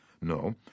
No